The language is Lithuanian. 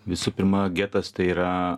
visų pirma getas tai yra